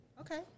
Okay